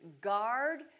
Guard